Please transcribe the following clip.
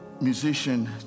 musician